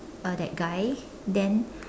uh that guy then